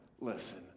listen